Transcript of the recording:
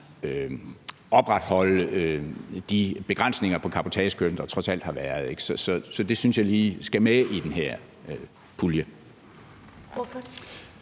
opretholde de begrænsninger på cabotagekørslen, der trods alt har været. Så det synes jeg lige skal med i den her pulje. Kl.